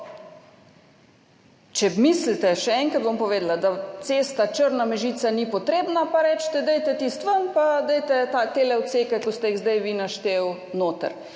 Če mislite, še enkrat bom povedala, da cesta Črna–Mežica ni potrebna, pa recite, dajte tisto ven in dajte te odseke, ki ste jih zdaj vi našteli, noter.